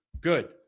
good